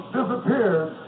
disappeared